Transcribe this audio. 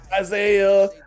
Isaiah